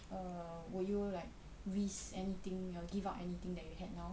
err would you like risk anything or give out anything that you had now